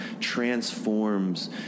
transforms